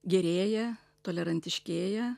gerėja tolerantiškieja